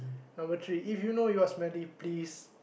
number three if you know you are smelly please